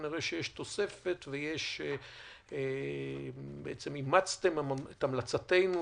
אני רואה שיש תוספת ובעצם אימצתם את המלצתנו